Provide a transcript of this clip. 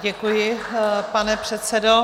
Děkuji, pane předsedo.